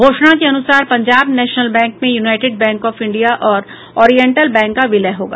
घोषणा के अनुसार पंजाब नेशनल बैंक में यूनाइटेड बैंक ऑफ इंडिया और ओरिएंटल बैंक का विलय होगा